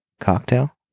Cocktail